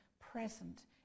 present